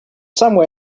somewhere